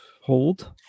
hold